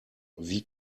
wie